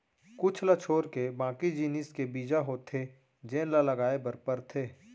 कुछ ल छोरके बाकी जिनिस के बीजा होथे जेन ल लगाए बर परथे